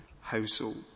household